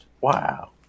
Wow